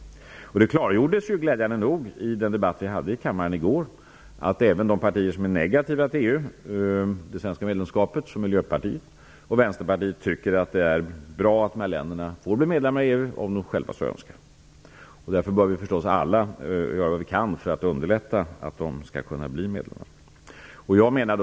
Glädjande nog klargjordes i den debatt som vi hade här i kammaren i går att även de partier som är negativa till det svenska medlemskapet i EU, Miljöpartiet och Vänsterpartiet, tycker att det är bra att de här länderna får bli medlemmar i EU om de själva så önskar. Därför bör vi alla alltså göra vad vi kan för att underlätta för dem att bli medlemmar.